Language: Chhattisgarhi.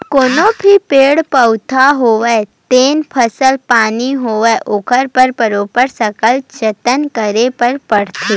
कोनो भी पेड़ पउधा होवय ते फसल पानी होवय ओखर बर बरोबर सकल जतन करे बर परथे